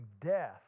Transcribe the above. death